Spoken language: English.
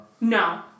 No